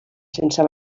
sense